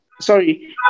Sorry